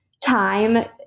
time